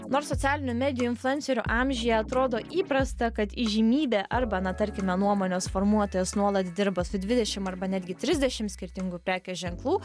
nors socialinių medijų influencerių amžiuje atrodo įprasta kad įžymybė arba na tarkime nuomonės formuotojas nuolat dirba su dvidešim arba netgi trisdešim skirtingų prekės ženklų